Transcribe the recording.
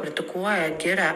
kritikuoja giria